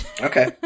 Okay